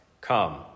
come